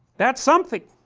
that's something,